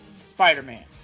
Spider-Man